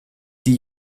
die